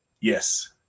Yes